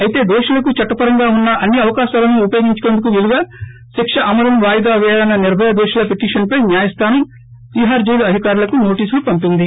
అయితే దోషులకు చట్టపరంగా ఉన్న అన్ని అవకాశాలను ఉపయోగించుకునేందుకు వీలుగా శిక్ష అమలును వాయిదా పేయాలన్న నిర్భయ దోషుల పిటిషన్పై న్యాయస్థానం తీహార్ జైలు అధికారులకు నోటీసులు పంపింది